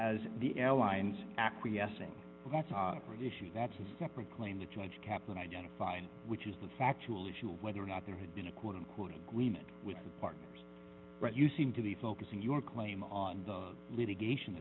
as the airlines acquiescing issue that's a separate claim that judge kaplan identified which is the factual issue of whether or not there had been a quote unquote agreement with the partners but you seem to be focusing your claim on the litigation